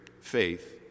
faith